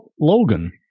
Logan